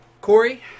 Corey